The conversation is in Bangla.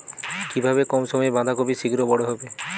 কিভাবে কম সময়ে বাঁধাকপি শিঘ্র বড় হবে?